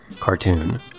cartoon